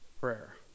prayer